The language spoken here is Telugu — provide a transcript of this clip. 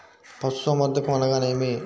పశుసంవర్ధకం అనగానేమి?